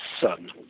Son